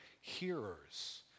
hearers